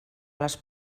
les